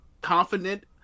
confident